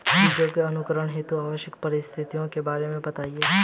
बीजों के अंकुरण हेतु आवश्यक परिस्थितियों के बारे में बताइए